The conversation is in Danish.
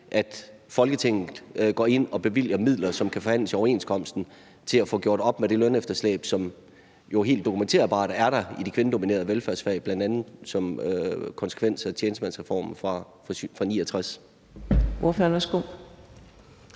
at Folketinget går ind og bevilger midler, som kan forhandles ved overenskomsten, til at få gjort op med det lønefterslæb, som jo helt dokumenterbart er der i de kvindedominerede velfærdsfag, bl.a. som en konsekvens af tjenestemandsreformen fra 1969?